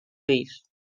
fills